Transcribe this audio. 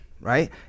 right